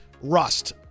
Rust